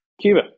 Cuba